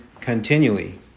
continually